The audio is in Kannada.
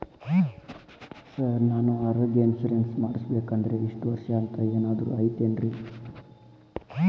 ಸರ್ ನಾನು ಆರೋಗ್ಯ ಇನ್ಶೂರೆನ್ಸ್ ಮಾಡಿಸ್ಬೇಕಂದ್ರೆ ಇಷ್ಟ ವರ್ಷ ಅಂಥ ಏನಾದ್ರು ಐತೇನ್ರೇ?